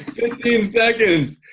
fifteen seconds.